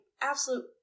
absolute